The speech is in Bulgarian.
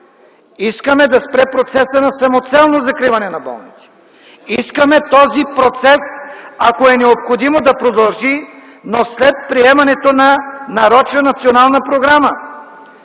искаме да спре процесът на самоцелно закриване на болници. Искаме този процес, ако е необходимо, да продължи, но след приемането на нарочна национална програма.